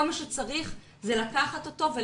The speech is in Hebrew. כל מה שצריך זה לקחת אותו וליישם.